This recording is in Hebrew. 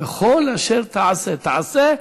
"בכל אשר תעשה" תעשה,